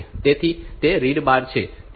તેથી તે read bar છે